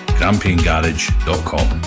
grampiangarage.com